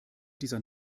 dieser